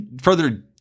further